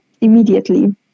immediately